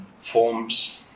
forms